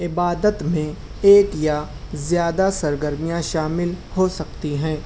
عبادت میں ایک یا زیادہ سرگرمیاں شامل ہو سکتی ہیں